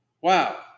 Wow